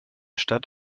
stadt